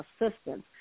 assistance